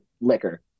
liquor